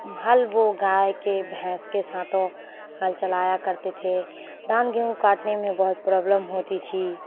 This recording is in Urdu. ہل وہ گائے کے بھینس کے ساتوں ہل چلایا کرتے تھے دھان گیہوں کاٹنے میں بہت پرابلم ہوتی تھی